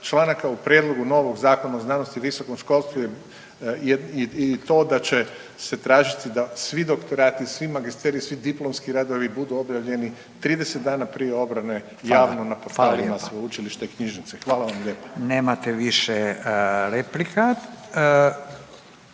članaka u prijedlogu novog Zakona o znanosti i visokom školstvu je i to da će se tražiti da svi doktorati, svi magisteriji, svi diplomski radovi budu objavljeni 30 dana prije obrane javno na portalima …/Upadica: Hvala, hvala lijepa./… sveučilišta